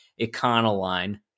Econoline